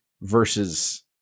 versus